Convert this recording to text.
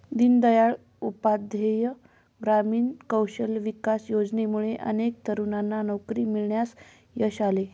दीनदयाळ उपाध्याय ग्रामीण कौशल्य विकास योजनेमुळे अनेक तरुणांना नोकरी मिळवण्यात यश आले